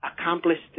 accomplished